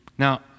Now